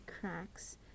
cracks